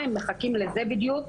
מה הם מחכים לזה בדיוק?